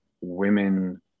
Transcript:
women